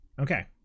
Okay